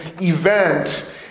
event